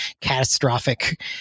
catastrophic